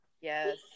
Yes